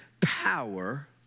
power